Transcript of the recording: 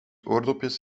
oordopjes